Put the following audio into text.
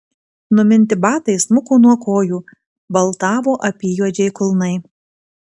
numinti batai smuko nuo kojų baltavo apyjuodžiai kulnai